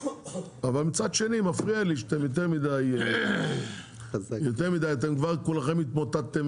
אבל מצד שני מפריע לי שאתם יודעים מידי כבר כולכם התמוטטתם,